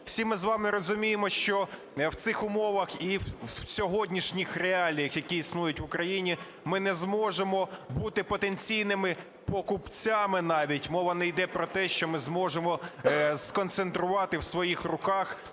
Всі ми з вами розуміємо, що в цих умовах і в сьогоднішніх реаліях, які існують в Україні, ми не зможемо бути потенційними покупцями. Навіть мова не йде про те, що ми зможемо сконцентрувати в своїх руках